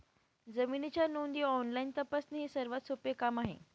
जमिनीच्या नोंदी ऑनलाईन तपासणे हे सर्वात सोपे काम आहे